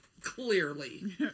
clearly